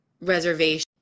reservation